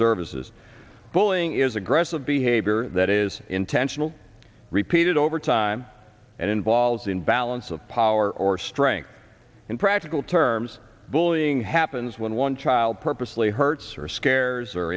services bowling is aggressive behavior that is intentional repeated over time and involves in balance of power or strength in practical terms bullying happens when one child purposely hurts or scares or